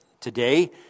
Today